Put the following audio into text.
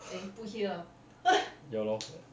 ya lor